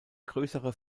größere